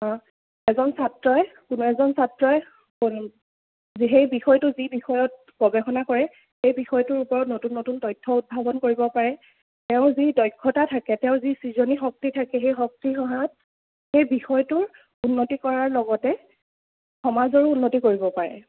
এজন ছাত্ৰই কোনো এজন ছাত্ৰই সেই বিষয়টো যি বিষয়ত গৱেষণা কৰে ষেই বিষয়টোৰ ওপৰত নতুন নতুন তথ্য উদ্ভাৱন কৰিব পাৰে তেওঁৰ যি দক্ষতা থাকে তেওঁৰ যি সৃজনী শক্তি থাকে সেই শক্তিৰ সহায়ত সেই বিষয়টোৰ উন্নতি কৰাৰ লগতে সমাজৰো উন্নতি কৰিব পাৰে